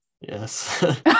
Yes